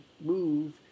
move